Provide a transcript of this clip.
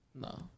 No